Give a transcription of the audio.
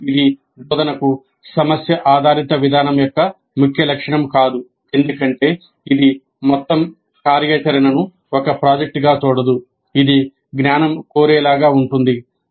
కానీ ఇది బోధనకు సమస్య ఆధారిత విధానం యొక్క ముఖ్య లక్షణం కాదు ఎందుకంటే ఇది మొత్తం కార్యాచరణను ఒక ప్రాజెక్టుగా చూడదు ఇది జ్ఞానం కోరేలా ఉంటుంది